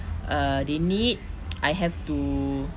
err they need I have to